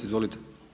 Izvolite.